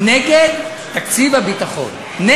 כן,